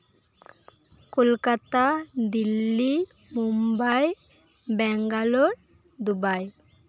Kolkata Delhi Mumbai Bangalore Dubai